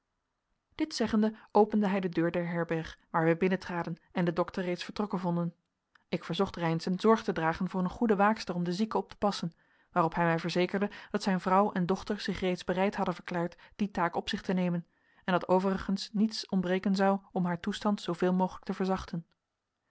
dit zeggende opende hij de deur der herberg waar wij binnentraden en den dokter reeds vertrokken vonden ik verzocht reynszen zorg te dragen voor een goede waakster om de zieke op te passen waarop hij mij verzekerde dat zijn vrouw en dochter zich reeds bereid hadden verklaard die taak op zich te nemen en dat overigens niets ontbreken zou om haar toestand zooveel mogelijk te verzachten